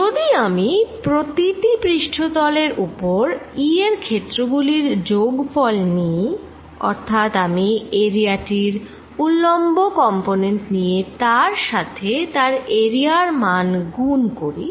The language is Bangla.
যদি আমি প্রতিটি পৃষ্ঠতল এর ওপর E ক্ষেত্র গুলি্র যোগ ফল নিই অর্থাৎ আমি এরিয়া টির উল্লম্ব কম্পনেন্ট নিয়ে তার সাথে তার এরিয়ার মান গুন করি